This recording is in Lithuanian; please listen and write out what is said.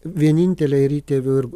vienintelė ir įtėvių ir